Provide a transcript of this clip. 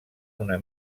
una